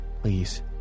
please